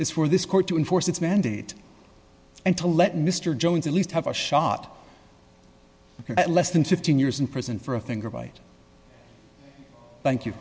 is for this court to enforce its mandate and to let mr jones at least have a shot at less than fifteen years in prison for a finger bite thank you